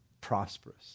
prosperous